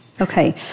Okay